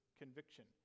conviction